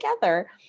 together